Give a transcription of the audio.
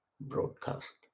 broadcast